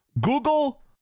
Google